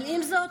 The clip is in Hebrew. אבל עם זאת,